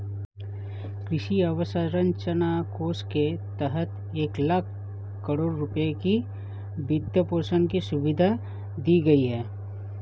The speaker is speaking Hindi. कृषि अवसंरचना कोष के तहत एक लाख करोड़ रुपए की वित्तपोषण की सुविधा दी गई है